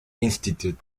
institute